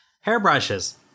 Hairbrushes